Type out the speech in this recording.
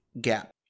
gap